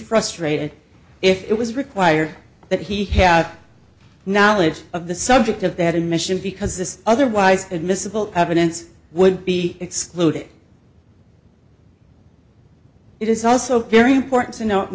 frustrated if it was required that he had knowledge of the subject of that admission because this otherwise admissible evidence would be excluded it is also very important to note in